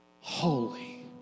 Holy